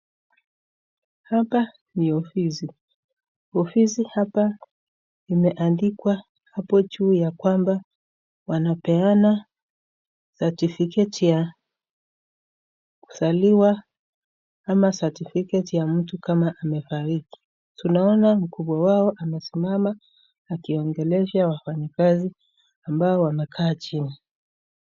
Hapa ni ofisi, ofisi hapa imeandikwa hapo juu ya kwamba wanapeana certificate ya kuzaliwa ama certificate ya mtu kama amefariki tunaona mkubwa wao amesimama akiongelesha wafanyikazi ambao wamekaa chini.